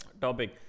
topic